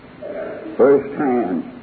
firsthand